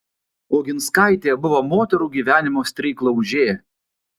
oginskaitė buvo moterų gyvenimo streiklaužė